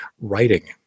writing